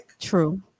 true